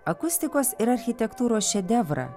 akustikos ir architektūros šedevrą